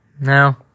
no